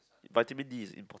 Vitamin D is important